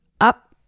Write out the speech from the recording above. up